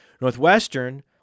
Northwestern